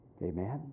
Amen